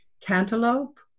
cantaloupe